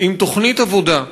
עם תוכנית עבודה,